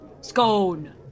Scone